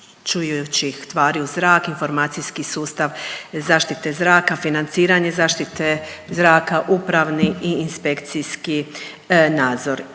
onečišćujućih tvari u zrak, informacijski sustava zaštite zraka, financiranje zaštite zraka, upravni i inspekcijski nadzor.